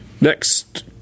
Next